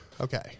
okay